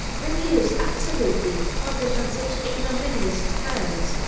refuse absolutely to publish on such ignominious terms.